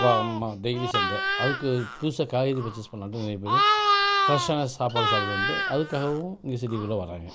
வா ம டெய்லி சந்தை அதுக்கு புதுசாக காய்கறி பர்ச்சேஸ் பண்ணலான்ட்டு நிறைய பேர் ஃப்ரெஷான சாப்பாடு சாப்பிடுவோன்ட்டு அதுக்காகவும் இங்கே சிட்டிக்குள்ளே வர்றாங்க